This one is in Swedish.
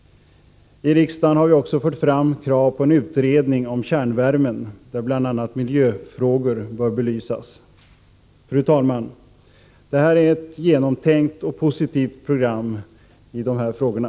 I riksdagen har vi också fört fram krav på en utredning om kärnvärmen, där bl.a. miljöfrågor bör belysas. Fru talman! Det här är ett genomtänkt och positivt program i de här frågorna.